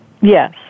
Yes